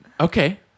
Okay